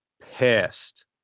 pissed